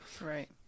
Right